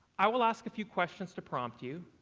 i will ask a few questions to prompt you,